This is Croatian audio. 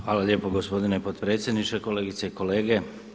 Hvala lijepo gospodine potpredsjedniče, kolegice i kolege.